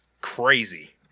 crazy